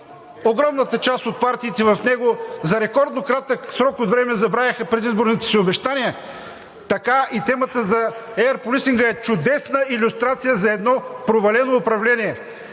огромната част от партиите в него за рекордно кратък срок от време забравиха предизборните си обещания, така и темата за Air Policing-а е чудесна илюстрация за едно провалено управление,